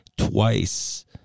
Twice